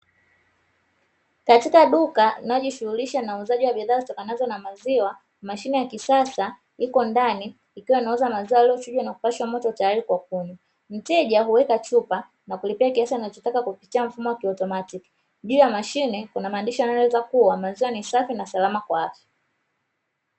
Katika duka linalojishughulisha na uuzaji wa bidhaa zitokanazo na maziwa, mashine ya kisasa iko ndani ikiwa inauza maziwa yaliyochujwa na kupashwa moto tayari kwa kunywa, mteja huweka chupa na kulipia kiasi anachotaka kupitia mfumo wa kiautomatiki. Juu ya mashine kuna maandishi yanayoeleza kuwa maziwa ni safi na salama kwa afya.